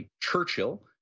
Churchill